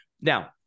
Now